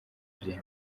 bye